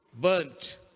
burnt